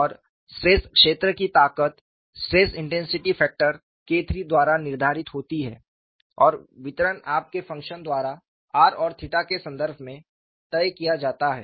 और स्ट्रेस क्षेत्र की ताकत स्ट्रेस इंटेंसिटी फैक्टर KIII द्वारा निर्धारित होती है और वितरण आपके फंक्शन द्वारा r और 𝜃 के संदर्भ में तय किया जाता है